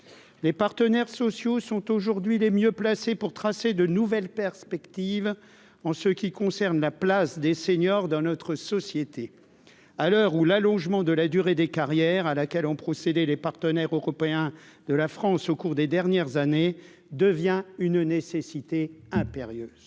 les partenaires sociaux sont aujourd'hui les mieux placés pour tracer de nouvelles perspectives, en ce qui concerne la place des seniors dans notre société à l'heure où l'allongement de la durée des carrières à laquelle ont procédé les partenaires européens de la France au cours des dernières années, devient une nécessité impérieuse